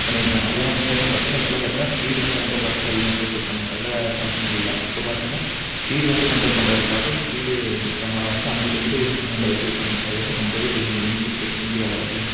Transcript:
பண்ணியிருக்காங்க அதே மாதிரி முன்னேற்றம் பார்த்தீங்கன்னா இப்போல்லாம் பார்த்தீங்கன்னா ஸ்பீடு வந்து ரொம்ப ஒர்ஸ்ட்டு அதிகமாக போய்ட்ருப்பாங்க அதில் பார்க்க முடியலை இப்போ பார்த்தீங்கன்னா ஸ்பீடு வந்து கண்ட்ரோல் பண்ணுறதுக்காக ஸ்பீடு கேமரா வந்து அங்குட்டு இங்குட்டு சிக்கனலில் வெச்சிருக்காங்க அது வந்து ரொம்ப பெனி பெனிஃபிட்டு இந்தியாவில் பார்த்தீங்கன்னா